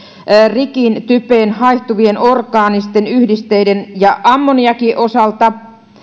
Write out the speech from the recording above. rikin typen haihtuvien orgaanisten yhdisteiden ja ammoniakin osalta